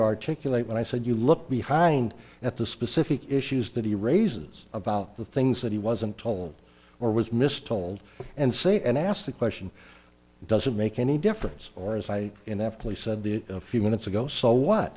articulate when i said you look behind at the specific issues that he raises about the things that he wasn't told or was mis told and say and asked the question doesn't make any difference or as i ineptly said the few minutes ago so what